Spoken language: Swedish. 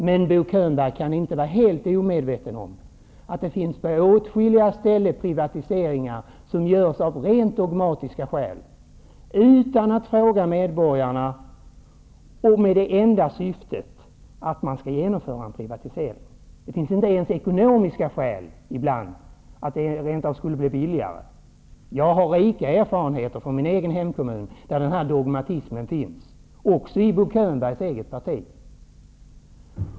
Bo Könberg kan emellertid inte vara helt omedveten om att det på åtskilliga ställen görs privatiseringar av rent dogmatiska skäl utan att man frågar medborgarna och där det enda syftet är att man skall genomföra en privatisering. Det finns ibland inte ens ekonomiska skäl, att det skulle bli billigare. Jag har rika erfarenheter från min egen hemkommun där denna dogmatism finns, också inom Bo Könbergs eget parti.